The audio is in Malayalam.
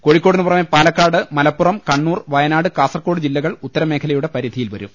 കോഴിക്കോടിനു പുറമെ പാലക്കാട് മലപ്പുറം കണ്ണൂർ വയനാട് കാസർകോട് ജില്ലകൾ ഉത്ത രമേഖലയുടെ പരിധിയിൽ വരും